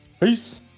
Peace